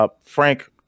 Frank